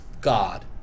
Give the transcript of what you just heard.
God